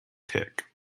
tick